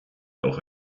auch